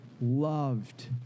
loved